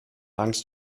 angst